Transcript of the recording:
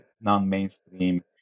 non-mainstream